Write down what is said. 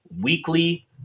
weekly